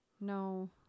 no